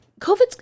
COVID's